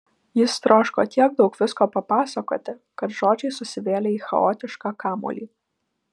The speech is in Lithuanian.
jis troško tiek daug visko papasakoti kad žodžiai susivėlė į chaotišką kamuolį